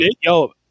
yo